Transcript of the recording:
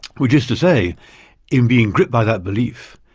which is to say in being gripped by that belief,